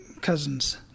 cousins